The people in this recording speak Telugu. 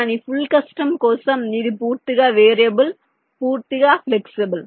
కానీ ఫుల్ కస్టమ్ కోసం ఇది పూర్తిగా వేరియబుల్ పూర్తిగా ఫ్లెక్సిబుల్